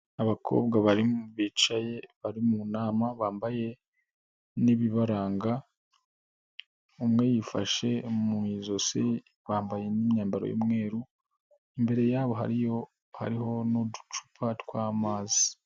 Abakobwa bari bicaye bari mu nama bambaye n'ibibaranga, umwe yifashe mu ijosi, bambaye n'imyambaro y'umweru, imbere yabo hariyo hariho n'uducupa tw'amazi.